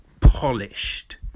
polished